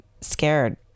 scared